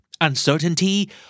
Uncertainty